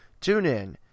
TuneIn